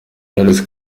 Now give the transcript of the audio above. knowless